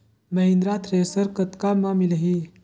Mahindra thresher कतका म मिलही?